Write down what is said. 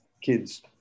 kids